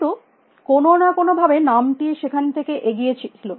কিন্তু কোনো না কোনো ভাবে নামটি সেখানে থেকে গিয়ে ছিল